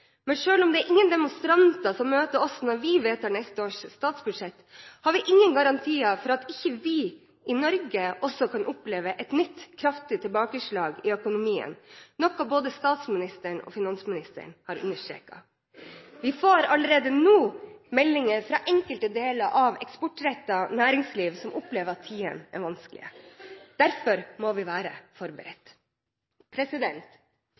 Men selv om det ikke er noen demonstranter som møter oss når vi vedtar neste års statsbudsjett, har vi ingen garantier for at ikke vi i Norge også kan oppleve et nytt kraftig tilbakeslag i økonomien, noe både statsministeren og finansministeren har understreket. Vi får allerede nå meldinger fra enkelte deler av eksportrettet næringsliv, som opplever at tidene er vanskelige. Derfor må vi være